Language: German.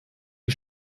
die